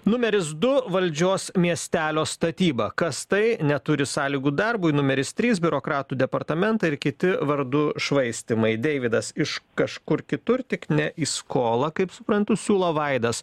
numeris du valdžios miestelio statyba kas tai neturi sąlygų darbui numeris trys biurokratų departamentai ir kiti vardu švaistymai deividas iš kažkur kitur tik ne į skolą kaip suprantu siūlo vaidas